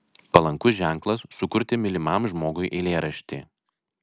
palankus ženklas sukurti mylimam žmogui eilėraštį